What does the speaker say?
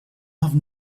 have